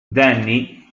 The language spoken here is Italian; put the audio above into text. danny